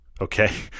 Okay